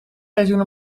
seizoen